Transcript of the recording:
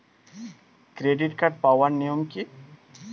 Credit card পাওয়ার নিয়ম কী?